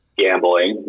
gambling